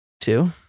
Two